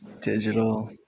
Digital